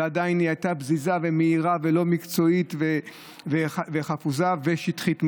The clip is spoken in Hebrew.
ועדיין היא הייתה פזיזה ומהירה ולא מקצועית וחפוזה ושטחית מאוד.